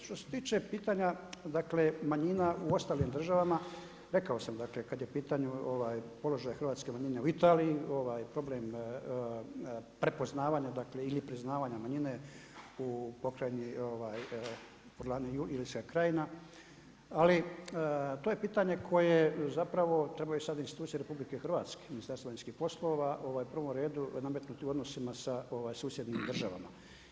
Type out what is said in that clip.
Što se tiče pitanja manjina u ostalim državama, rekao sam kad je u pitanju položaj hrvatske manjine u Italiji, problem prepoznavanja ili priznavanje manjine u pokrajini … ali to je pitanje koje zapravo trebaju sad institucije RH, Ministarstvo vanjskih poslova u prvom redu nametnuti u odnosima sa susjednim državama.